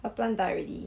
her plant die already